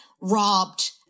robbed